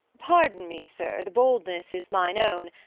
pardon me, sir, the boldness is mine own,